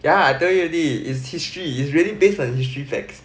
ya I tell you already it's history it's really based on history facts